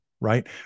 right